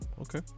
Okay